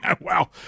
Wow